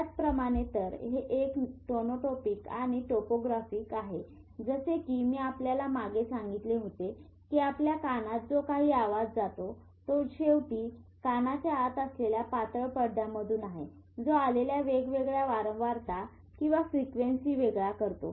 त्याचप्रमाणेतर हे एक टोनोटोपिक आणि टोपोग्राफिक आहे जसे की मी आपल्याला मागे सांगितले होते की आपल्या कानात जो काही आवाज जातो तो शेवटी कानाच्या आत असलेल्या पातळ पडद्यापासून आहे जो आलेल्या वेगवेगळ्या वारंवारता किंवा फ्रीक्वेंसी वेगळा करतो